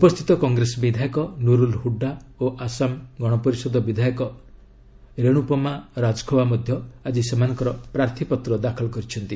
ଉପସ୍ଥିତ କଂଗ୍ରେସ ବିଧାୟକ ନୁରୁଲ୍ ହୁଡ୍ଡା ଓ ଆସାମ ଗଣପରିଷଦ ବିଧାୟକ ରେଣୁପମା ରାଜଖୱା ମଧ୍ୟ ଆଜି ସେମାନଙ୍କର ପ୍ରାର୍ଥୀପତ୍ ଦାଖଲ କରିଛନ୍ତି